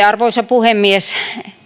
arvoisa puhemies